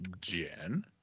jen